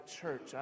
church